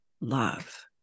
love